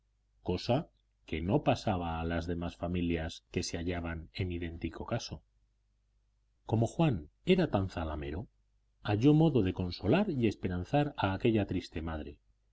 cosa que no pasaba a las demás familias que se hallaban en idéntico caso como juan era tan zalamero halló modo de consolar y esperanzar a aquella triste madre